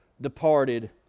departed